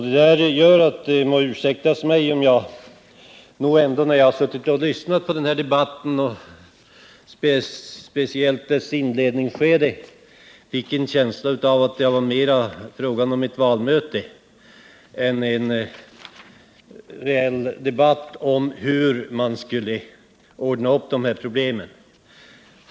Det må därför ursäktas mig om jag, när jag suttit och lyssnat på den här debatten — speciellt i dess inledningsskede — fått en känsla av att det här mera är fråga om ett valmöte än om en reell debatt om hur vi bör lösa de här problemen.